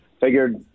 Figured